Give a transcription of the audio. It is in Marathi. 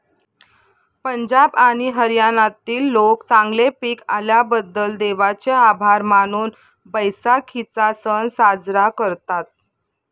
पंजाब आणि हरियाणातील लोक चांगले पीक आल्याबद्दल देवाचे आभार मानून बैसाखीचा सण साजरा करतात